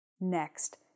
Next